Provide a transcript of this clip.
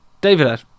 David